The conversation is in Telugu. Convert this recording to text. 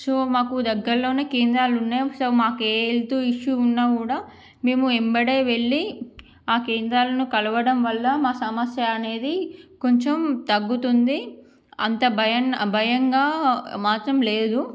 సో మాకు దగ్గరలో కేంద్రాలు ఉన్నాయి సో మాకు ఏ హెల్త్ ఇష్యూ ఉన్న కూడా మేము వెంబడే వెళ్ళి ఆ కేంద్రాలను కలవడం వల్ల మా సమస్య అనేది కొంచం తగ్గుతుంది అంత భయన్ భయంగా మాత్రం లేదు